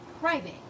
private